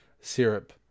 syrup